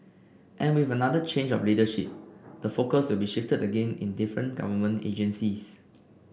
and with another change of leadership the focus will be shifted again in different government agencies